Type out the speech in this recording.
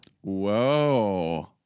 whoa